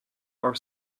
our